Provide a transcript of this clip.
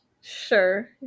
Sure